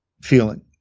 feeling